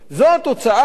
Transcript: זאת התוצאה,